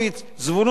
זבולון אורלב,